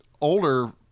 older